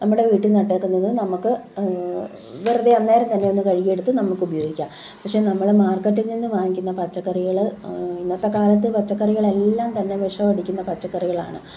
നമ്മുടെ വീട്ടില് നട്ടിരിക്കുന്നത് നമുക്ക് വെറുതെ അന്നേരം തന്നെ ഒന്ന് കഴുകി എടുത്ത് നമുക്ക് ഉപയോഗിക്കാം പക്ഷേ നമ്മൾ മാര്ക്കറ്റില് നിന്ന് വാങ്ങിക്കുന്ന പച്ചക്കറികൾ ഇന്നത്തെ കാലത്ത് പച്കക്കറികൾ എല്ലാം തന്നെ വിഷം അടിക്കുന്ന പച്ചക്കറികളാണ്